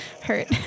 hurt